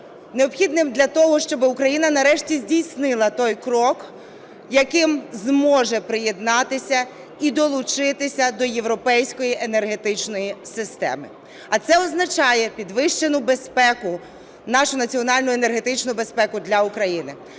Необхідним для того, щоби Україна нарешті здійснила той крок, яким зможе приєднатися і долучитися до європейської енергетичної системи. А це означає підвищену безпеку, нашу національну енергетичну безпеку для України.